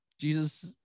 Jesus